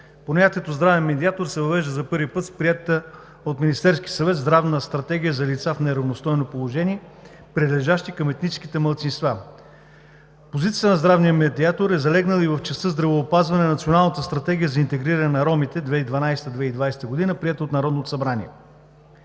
Понятието „здравен медиатор“ се въвежда за първи път с приетата от Министерския съвет Здравна стратегия за лица в неравностойно положение, принадлежащи към етническите малцинства. Позицията на здравния медиатор е залегнала и в частта „Здравеопазване“ на Националната стратегия за интегриране на ромите 2012 – 2020 г., приета от Народното събрание.